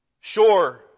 Sure